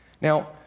Now